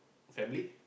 family